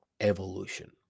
evolution